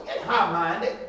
high-minded